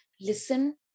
listen